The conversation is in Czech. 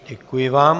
Děkuji vám.